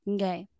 Okay